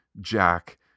jack